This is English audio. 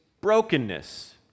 brokenness